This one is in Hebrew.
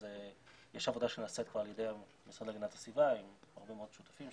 אז יש עבודה שנעשית כבר על ידי המשרד להגנת הסביבה עם הרבה מאוד שותפים.